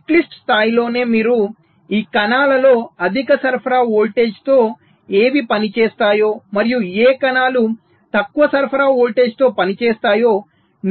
netlist స్థాయిలోనే మీరు ఈ కణాలలో అధిక సరఫరా వోల్టేజ్తో ఏవి పని చేస్తాయో మరియు ఏ కణాలు తక్కువ సరఫరా వోల్టేజ్తో పని చేస్తాయో